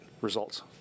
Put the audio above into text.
results